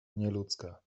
nieludzka